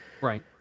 Right